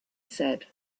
said